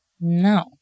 no